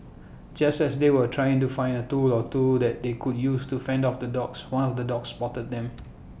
just as they were trying to find A tool or two that they could use to fend off the dogs one of the dogs spotted them